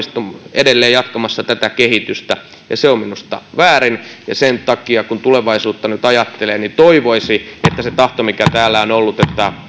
edelleen jatkamassa tätä kehitystä ja se on minusta väärin ja sen takia kun tulevaisuutta nyt ajattelee toivoisi että se tahto mikä täällä on ollut että